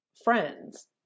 friends